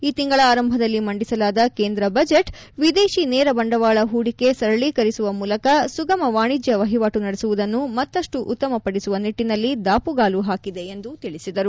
ಈ ತಿಂಗಳ ಆರಂಭದಲ್ಲಿ ಮಂಡಿಸಲಾದ ಕೇಂದ್ರ ಬಜೆಟ್ ವಿದೇಶಿ ನೇರ ಬಂಡವಾಳ ಹೂಡಿಕೆ ಸರಳೀಕರಿಸುವ ಮೂಲಕ ಸುಗಮ ವಾಣಿಜ್ಞ ನಡೆಸುವುದನ್ನು ಮತ್ತಷ್ಲು ಉತ್ತಮ ಪಡಿಸುವ ನಿಟ್ಟನಲ್ಲಿ ದಾಪುಗಾಲು ಹಾಕಿದೆ ಎಂದು ತಿಳಿಸಿದರು